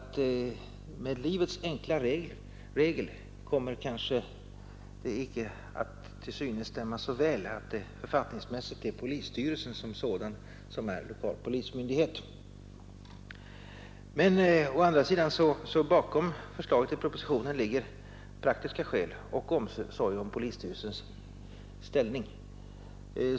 Till synes kommer det kanske icke att stämma så väl med livets praktiska regel att det författningsmässigt är polisstyrelsen som är lokal polismyn dighet, men å andra sidan ligger bakom förslaget i propositionen både praktiska skäl och principiell omsorg om polisstyrelsens ställning.